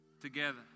together